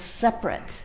separate